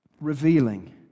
revealing